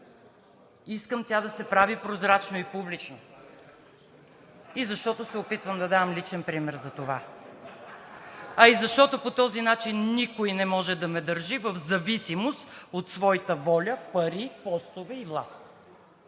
искам тя да се прави прозрачно и публично и защото се опитвам да давам личен пример за това. А и защото по този начин никой не може да ме държи в зависимост от своята воля, пари, постове и власт.